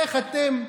איך אתם,